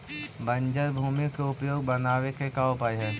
बंजर मट्टी के उपजाऊ बनाबे के का उपाय है?